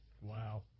Wow